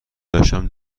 داشتم